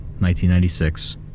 1996